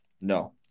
No